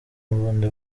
bundi